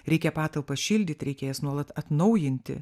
reikia patalpas šildyt reikia jas nuolat atnaujinti